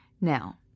Now